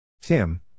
Tim